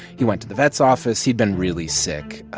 he went to the vet's office. he'd been really sick,